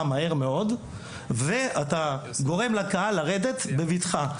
מהר מאוד ואתה גורם לקהל לרדת בבטחה.